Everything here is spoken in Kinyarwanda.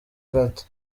gato